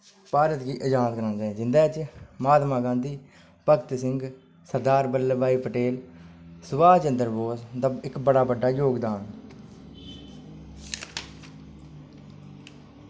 भारत गी अजाद कराने च जिंदे च महात्मा गांधी भगत सिंह सरदार वल्लभ बाई पटेल सुभाश चंद्र बोस इक बड़ा बड्डा जोगदान ऐ